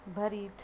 भरीत